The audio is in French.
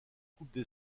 coupes